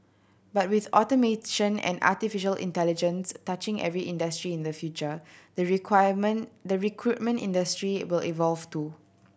but with automation and artificial intelligence touching every industry in the future the requirement the recruitment industry will evolve too